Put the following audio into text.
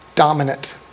Dominant